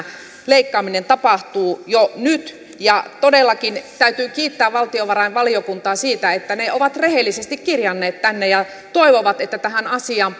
leikkaaminen tapahtuu jo nyt ja todellakin täytyy kiittää valtiovarainvaliokuntaa siitä että he ovat rehellisesti kirjanneet tämän tänne ja toivovat että tähän asiaan